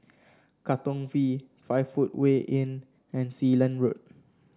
Katong V Five Footway Inn and Sealand Road